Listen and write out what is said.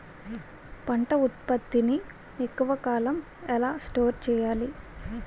పంట ఉత్పత్తి ని ఎక్కువ కాలం ఎలా స్టోర్ చేయాలి?